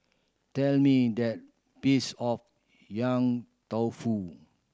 tell me the piece of Yong Tau Foo